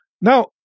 now